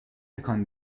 تکان